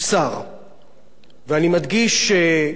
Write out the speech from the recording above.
אני מדגיש גם את עובדי החדשות המקומיות,